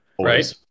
right